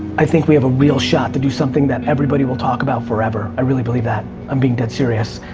i think we have a real shot to do something that everybody will talk about forever. i really believe that, i'm being dead serious.